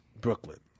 Brooklyn